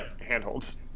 handholds